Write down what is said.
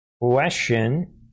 question